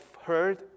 heard